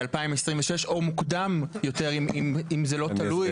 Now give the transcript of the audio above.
בשנת 2026 או מוקדם יותר אם זה לא תלוי?